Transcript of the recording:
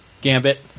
Gambit